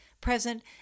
present